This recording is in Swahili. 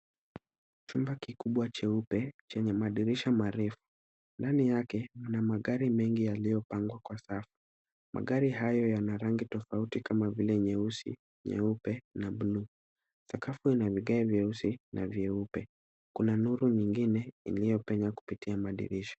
Chumba kikubwa cheupe chenye madirisha marefu. Ndani yake kuna magari mengi yaliyopangwa kwa safu. Magari hayo yana rangi tofauti kama vile nyeusi, nyeupe na buluu. Sakafu ina vigae vyeusi na vyeupe. Kuna nuru nyingine iliyopenya kupitia madirisha.